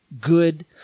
good